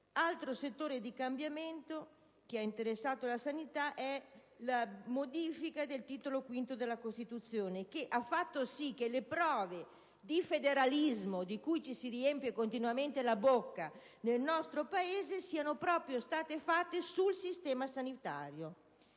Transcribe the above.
altro settore di cambiamento che ha interessato la sanità è rappresentato dalla modifica del Titolo V della Costituzione, che ha fatto sì che le prove di federalismo di cui ci si riempie continuamente la bocca nel nostro Paese siano proprio state fatte sul sistema sanitario.